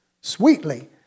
sweetly